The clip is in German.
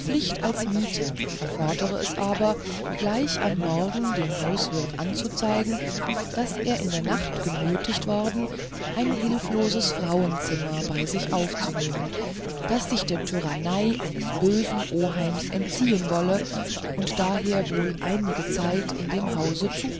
als mieter erfordere es aber gleich am morgen dem hauswirt anzuzeigen daß er in der nacht genötigt worden ein hilfloses frauenzimmer bei sich aufzunehmen das sich der tyrannei eines bösen oheims entziehen wolle und daher wohl einige zeit in dem hause